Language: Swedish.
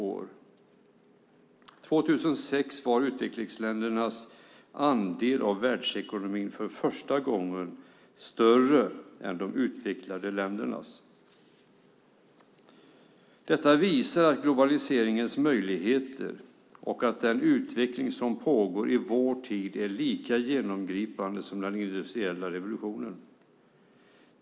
År 2006 var utvecklingsländernas andel av världsekonomin för första gången större än de utvecklade ländernas. Detta visar globaliseringens möjligheter och att den utveckling som pågår i vår tid är lika genomgripande som den industriella revolutionen.